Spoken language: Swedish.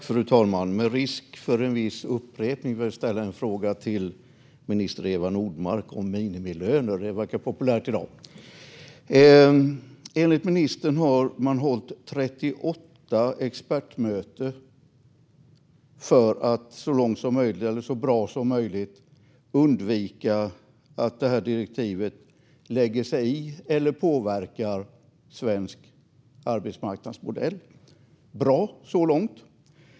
Fru talman! Med risk för en viss upprepning vill jag ställa en fråga till minister Eva Nordmark om minimilöner. Det ämnet verkar populärt i dag. Enligt ministern har man hållit 38 expertmöten för att så långt som möjligt undvika att direktivet lägger sig i eller påverkar svensk arbetsmarknadsmodell. Det är bra så långt.